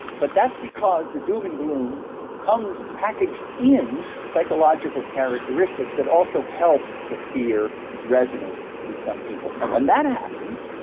but that's because the doom and gloom comes packaged in psychological characteristics that also help the fear resonate in some people. and when that happens,